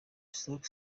stoke